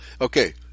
okay